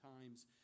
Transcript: times